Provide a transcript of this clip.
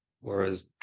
whereas